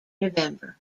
november